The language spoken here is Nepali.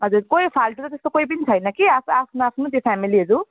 हजुर कोही फाल्तु त त्यस्तो कोही पनि छैन कि आफू आफ्नो आफ्नो त्यो फ्यामिलीहरू